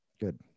good